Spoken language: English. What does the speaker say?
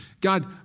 God